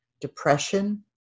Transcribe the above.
depression